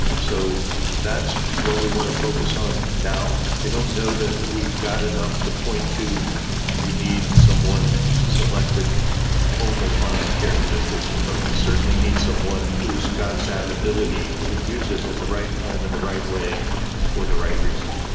so that's what we want to focus on now. i don't know that we've got enough to point to we need someone selected only on that characteristic, but we certainly need someone who has got that ability to use it at the right time and in the right way for the right reason.